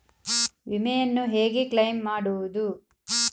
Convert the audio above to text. ವಿಮೆಯನ್ನು ಹೇಗೆ ಕ್ಲೈಮ್ ಮಾಡುವುದು?